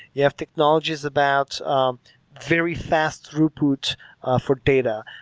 you have technologies about um very fast throughput for data,